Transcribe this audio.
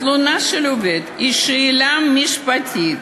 התלונה של העובד היא שאלה משפטית,